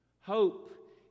Hope